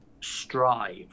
strive